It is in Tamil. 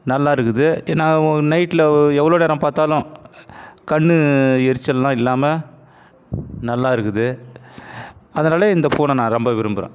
நல்லா இருக்குது ஏன்னால் நான் நைட்டில் எவ்வளோ நேரம் பார்த்தாலும் கண் எரிச்சலெல்லாம் இல்லாமல் நல்லா இருக்குது அதனால் இந்த ஃபோனை நான் ரொம்ப விரும்புகிறேன்